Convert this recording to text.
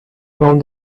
phone